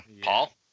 paul